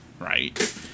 right